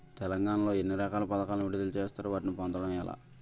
తెలంగాణ లో ఎన్ని రకాల పథకాలను విడుదల చేశారు? వాటిని పొందడం ఎలా?